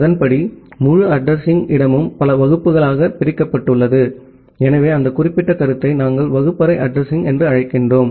அதன்படி முழு அட்ரஸிங் இடமும் பல கிளாஸ்களாகப் பிரிக்கப்பட்டுள்ளது எனவே அந்த குறிப்பிட்ட கருத்தை நாம் க்ளாஸ்புல் அட்ரஸிங் என்று அழைத்தோம்